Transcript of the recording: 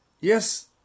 yes